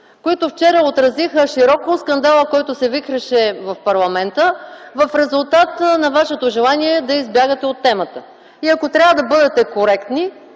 които вчера отразиха широко скандала, който се вихреше в парламента, в резултат на вашето желание да избягате от темата. Ако трябва да бъдете коректни,